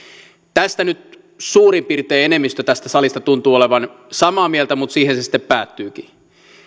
tästä nyt suurin piirtein enemmistö tästä salista tuntuu olevan samaa mieltä mutta siihen se sitten päättyykin